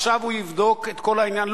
עכשיו הוא יבדוק את כל העניין,